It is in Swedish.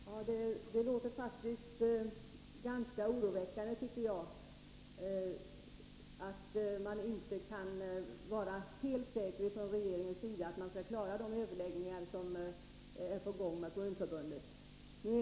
Herr talman! Det låter faktiskt ganska oroväckande att regeringen inte kan vara helt säker på att den skall klara de överläggningar som är på gång med Kommunförbundet.